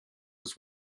was